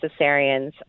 cesareans